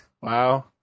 Wow